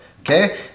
Okay